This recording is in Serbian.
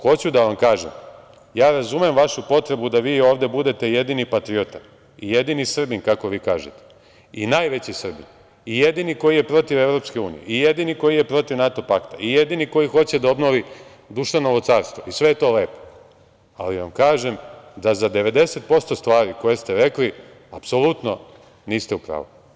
Hoću da vam kažem, ja razumem vašu potrebu da vi ovde budete jedini patriota, jedini Srbin, kako vi kažete, i najveći Srbin, i jedini koji je protiv EU, jedini koji je protiv NATO pakta, jedini koji hoće da obnovi Dušanovo carstvo i sve je to lepo, ali vam kažem da za 90% stvari koje ste rekli, apsolutno niste u pravu.